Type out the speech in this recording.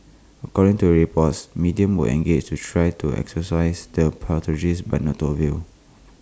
according to the reports mediums were engaged to try to exorcise their poltergeists but no to avail